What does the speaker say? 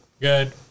Good